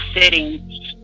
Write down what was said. sitting